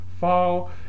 fall